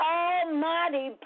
almighty